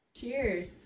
Cheers